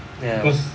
ya